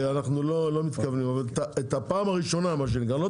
את הפעם הראשונה, מה שנקרא.